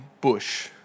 bush